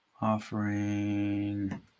offering